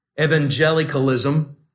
evangelicalism